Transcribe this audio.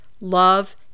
love